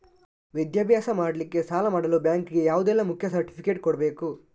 ವಿದ್ಯಾಭ್ಯಾಸ ಮಾಡ್ಲಿಕ್ಕೆ ಸಾಲ ಮಾಡಲು ಬ್ಯಾಂಕ್ ಗೆ ಯಾವುದೆಲ್ಲ ಮುಖ್ಯ ಸರ್ಟಿಫಿಕೇಟ್ ಕೊಡ್ಬೇಕು?